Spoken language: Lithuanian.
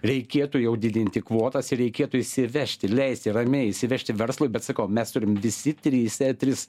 reikėtų jau didinti kvotas ir reikėtų įsivežti leisti ramiai įsivežti verslui bet sakau mes turim visi trys tris